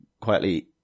quietly